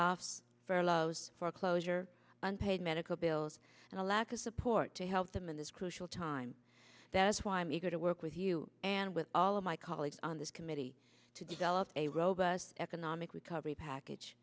offs furloughs foreclosure unpaid medical bills and a lack of support to help them in this crucial time that's why i'm eager to work with you and with all of my colleagues on this committee to develop a robust economic recovery package